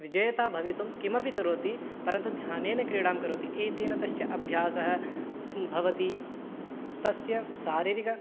विजयता भवितुं किमपि करोति परन्तु ध्यानेन क्रीडां करोति एतेन तस्य अभ्यासः भवति तस्य शारीरिक